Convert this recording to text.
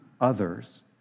others